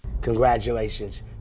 congratulations